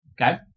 okay